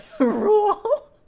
rule